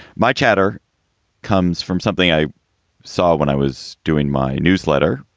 my chatter comes from something i saw when i was doing my newsletter,